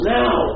now